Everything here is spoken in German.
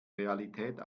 realität